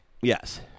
Yes